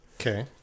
Okay